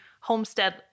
homestead